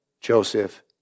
Joseph